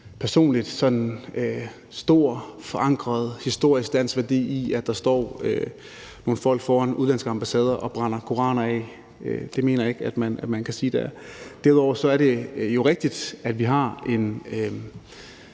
historisk forankret dansk værdi i, at der står nogle folk foran udenlandske ambassader og brænder koraner af. Det mener jeg ikke at man kan sige at der er. Derudover er det jo rigtigt, at vi har en